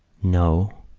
no,